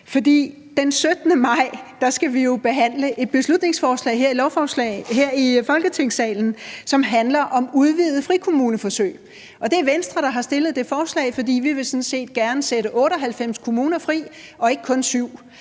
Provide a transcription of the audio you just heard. den 17. maj skal vi jo behandle et beslutningsforslag her i Folketingssalen, som handler om udvidede frikommuneforsøg. Det er Venstre, der har fremsat det forslag, fordi vi sådan set gerne vil sætte 98 kommuner fri og ikke kun 7.